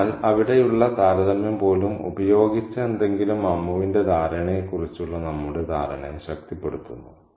അതിനാൽ അവിടെയുള്ള താരതമ്യം പോലും ഉപയോഗിച്ച എന്തെങ്കിലും അമ്മുവിന്റെ ധാരണയെക്കുറിച്ചുള്ള നമ്മുടെ ധാരണയെ ശക്തിപ്പെടുത്തുന്നു